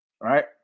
Right